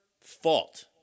fault